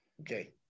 okay